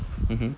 mmhmm